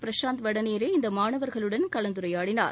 பிரசாந்த் வடநேரே இந்த மாணவர்களுடன் கலந்துரையாடினார்